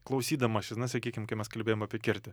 klausydamašis na sakykim kai mes kalbėjom apie kirtį